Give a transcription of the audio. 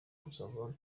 tukaba